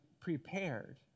prepared